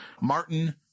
martin